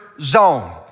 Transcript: zone